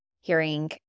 hearing